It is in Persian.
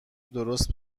درست